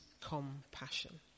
compassion